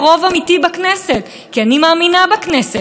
אבל רוב הנבחרים לא רצו לא את הצעת חוק ההסדרה,